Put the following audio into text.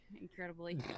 incredibly